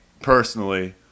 personally